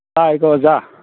ꯇꯥꯏꯀꯣ ꯑꯣꯖꯥ